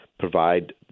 provide